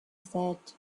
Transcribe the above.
said